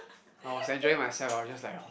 I was enjoying myself I was just like